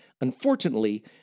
Unfortunately